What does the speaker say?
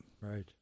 Right